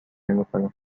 نمیکنم